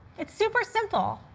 it's super simple.